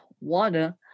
water